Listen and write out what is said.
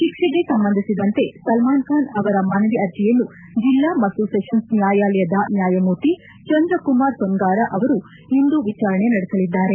ಶಿಕ್ಷೆಗೆ ಸಂಬಂಧಿಸಿದಂತೆ ಸಲ್ಲಾನ್ ಅವರ ಮನವಿ ಅರ್ಜಿಯನ್ನು ಜಿಲ್ಲಾ ಮತ್ತು ಸೆಷನ್ಸ್ ನ್ಯಾಯಾಲಯದ ನ್ನಾಯಮೂರ್ತಿ ಚಂದ್ರ ಕುಮಾರ್ ಸೊನ್ನಾರಾ ಅವರು ಇಂದು ವಿಚಾರಣೆ ನಡೆಸಲಿದ್ದಾರೆ